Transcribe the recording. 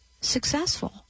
successful